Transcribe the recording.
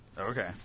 Okay